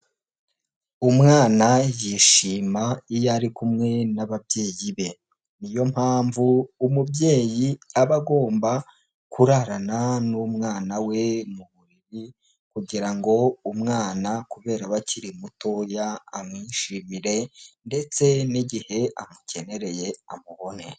Umwana yishima iyo ari kumwe n'ababyeyi be, niyo mpamvu umubyeyi aba agomba kurarana n'umwana we mu buriri kugira ngo umwana kubera akiri muto amwishimire ndetse n'igihe amukenereye amubone.